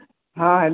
हॅं हेल्लो